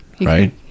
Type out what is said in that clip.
Right